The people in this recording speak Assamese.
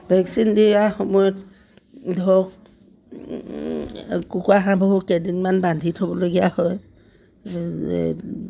ভেকচিন দিয়াৰ সময়ত ধৰক কুকুৰা হাঁহবোৰ কেইদিনমান বান্ধি থ'বলগীয়া হয়